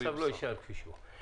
המצב הזה לא יישאר כפי שהוא.